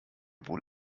wohl